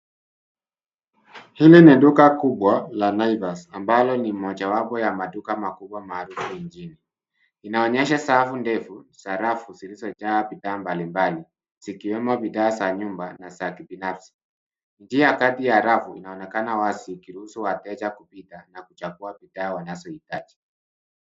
Hili ni duka kubwa la Naivas ambalo ni moja wapo ya maduka makubwa mageni. Inaonyesha safu ndefu za rafu ziliyo jaa bidhaa mbalimbali zikiwemo bidhaa za nyumba na za kikazi. Njia kati ya rafu inaonekana wazi ikiruhusu wateja kupita na kuchagua bidhaa wanazo hitaji.